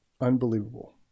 Unbelievable